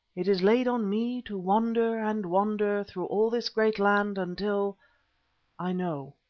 it is laid on me to wander and wander through all this great land until i know.